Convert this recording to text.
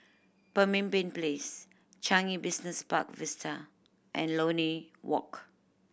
Pemimpin Place Changi Business Park Vista and Lornie Walk